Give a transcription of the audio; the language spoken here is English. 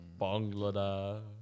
Bangladesh